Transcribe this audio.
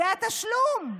זה התשלום.